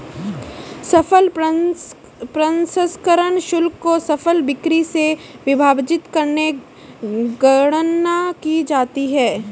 सकल प्रसंस्करण शुल्क को सकल बिक्री से विभाजित करके गणना की जाती है